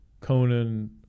Conan